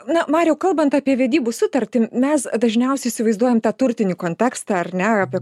ne mariau kalbant apie vedybų sutartį mes dažniausiai įsivaizduojam tą turtinį kontekstą ar ne apie